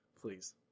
please